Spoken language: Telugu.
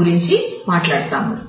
గురించి మాట్లాడుతాము